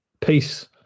peace